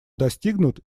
достигнут